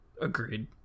agreed